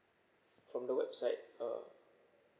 from the website oh